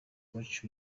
koch